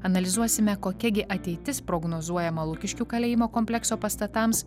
analizuosime kokia gi ateitis prognozuojama lukiškių kalėjimo komplekso pastatams